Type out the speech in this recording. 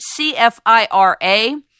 CFIRA